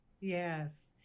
Yes